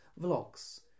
vlogs